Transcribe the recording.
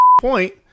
point